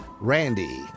Randy